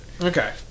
Okay